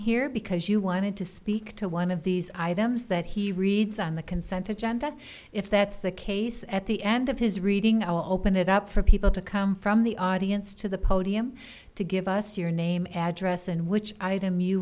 here because you wanted to speak to one of these items that he reads on the consent of gen that if that's the case at the end of his reading i'll open it up for people to come from the audience to the podium to give us your name address and which item you